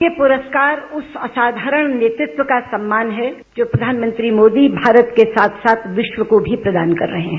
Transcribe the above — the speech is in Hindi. ये पुरस्कार उस असाधारण नेतृत्व का सम्मान है जो प्रधानमंत्री मोदी भारत के साथ साथ विश्द को भी प्रदान कर रहे है